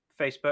Facebook